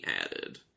added